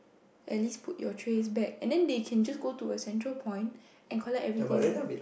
at least put your trays back and then they can just go to a central point and collect everything